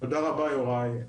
תודה רבה יוראי.